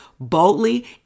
Boldly